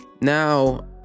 Now